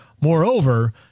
Moreover